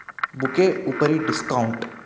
bouquet उपरि discount